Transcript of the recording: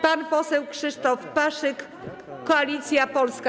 Pan poseł Krzysztof Paszyk, Koalicja Polska.